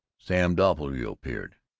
sam doppelbrau appeared.